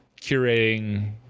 curating